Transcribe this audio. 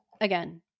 again